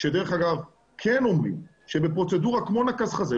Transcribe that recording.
שדרך אגב כן אומרים שבפרוצדורה כמו נקז חזה,